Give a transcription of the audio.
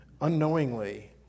unknowingly